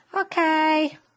Okay